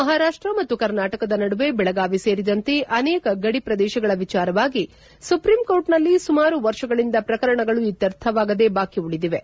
ಮಹಾರಾಷ್ಷ ಮತ್ತು ಕರ್ನಾಟಕದ ನಡುವೆ ಬೆಳಗಾವಿ ಸೇರಿದಂತೆ ಅನೇಕ ಗಡಿ ಪ್ರದೇಶಗಳ ವಿಚಾರವಾಗಿ ಸುಪ್ರೀಂಕೋರ್ಟ್ನಲ್ಲಿ ಸುಮಾರು ವರ್ಷಗಳಿಂದ ಪ್ರಕರಣಗಳು ಇತ್ಲರ್ಥವಾಗದೆ ಬಾಕಿ ಉಳಿದಿವೆ